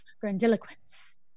grandiloquence